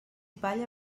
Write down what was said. palla